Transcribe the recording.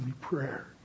prayer